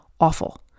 awful